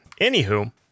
anywho